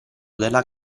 della